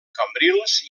cambrils